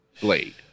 Blade